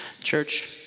Church